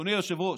אדוני היושב-ראש,